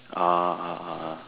ah ah ah